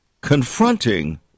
confronting